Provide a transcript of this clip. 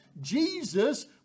Jesus